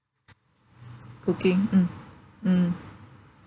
cooking mm mm